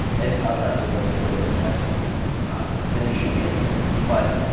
as contrasted with, let's say, whey protein isolate then you should be ok. but